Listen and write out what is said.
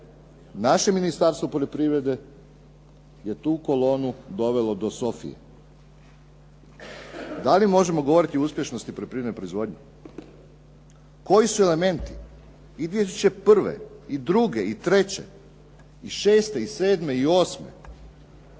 naše Ministarstvo poljoprivrede je tu kolonu dovelo do Sofije. Da li možemo govoriti o uspješnosti poljoprivredne proizvodnje? Koji su elementi i 2001. i 2002. i 2003. i